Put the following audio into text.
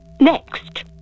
Next